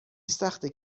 سخته